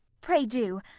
pray do!